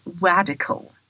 radical